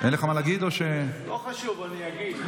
אין לך מה להגיד או, לא חשוב, אני אגיד.